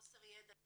חוסר ידע,